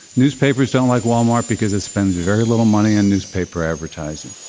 newspapers don't like walmart because it spends very little money on newspaper advertising.